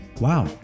Wow